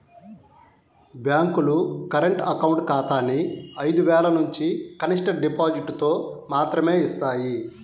బ్యేంకులు current account ఖాతాని ఐదు వేలనుంచి కనిష్ట డిపాజిటుతో మాత్రమే యిస్తాయి